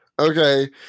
Okay